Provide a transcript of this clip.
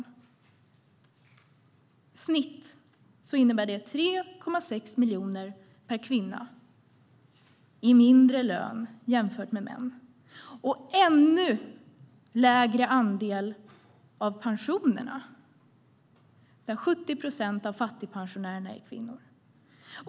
I snitt innebär det 3,6 miljoner mindre i lön per kvinna jämfört med män och ännu lägre andel av pensionerna. 70 procent av fattigpensionärerna är kvinnor.